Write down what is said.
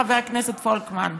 חבר הכנסת פולקמן.